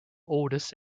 oldest